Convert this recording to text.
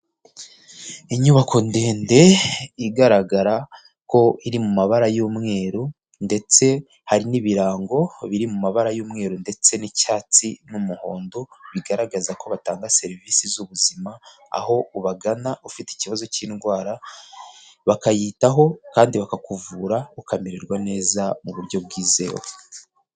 Inyubako ndende igaragara ko iri mu mabara y'umweru ndetse hari n'ibirango biri mu mabara y'umweru ndetse n'icyatsi n'umuhondo, bigaragaza ko batanga serivisi z'ubuzima, aho ubagana ufite ikibazo cy'indwara bakayitaho kandi bakakuvura ukamererwa neza mu buryo bwizewe.